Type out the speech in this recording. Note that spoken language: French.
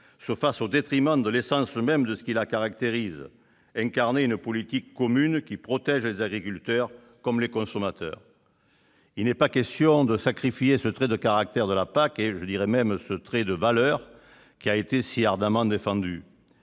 se fasse au détriment de l'essence même de ce qui la caractérise : incarner une politique commune qui protège les agriculteurs comme les consommateurs. Il n'est pas question de sacrifier ce trait de caractère de la PAC, et je dirais même ce trait de valeur, qui a été si ardemment défendu.